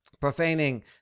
profaning